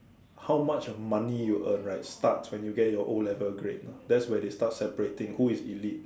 how much money you earn right starts when you get your O-level grade lah that's where they start separating who is elite